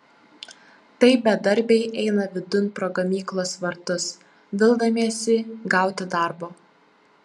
tai bedarbiai eina vidun pro gamyklos vartus vildamiesi gauti darbo